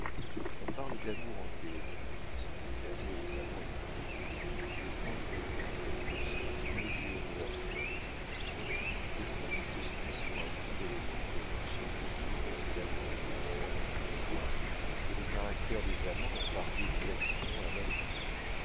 on parla d'amour en théorie ce qui permet aux amants in petto de prendre en quelque sorte mesure de leurs cœurs le journaliste se mit sur un ton d'élégante corruption pour prouver que l'amour n'obéissait à aucune loi que le caractère des amants en variait les accidents à l'infini